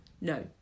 No